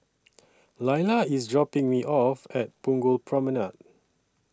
Lilah IS dropping Me off At Punggol Promenade